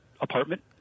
apartment